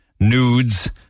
nudes